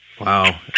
Wow